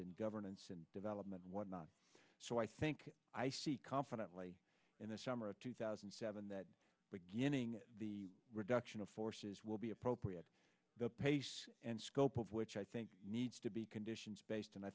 in governance and development and whatnot so i think i see confidently in the summer of two thousand and seven that beginning the reduction of forces will be appropriate the pace and scope of which i think needs to be conditions based and i